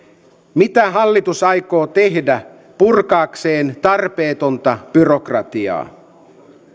mitä hallitus aikoo tehdä purkaakseen tarpeetonta byrokratiaa